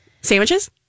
sandwiches